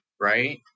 right